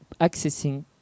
accessing